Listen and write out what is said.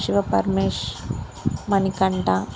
Sivaparamesh Manikanta